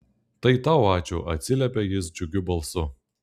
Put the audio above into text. tai tau ačiū atsiliepia jis džiugiu balsu